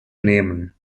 nehmen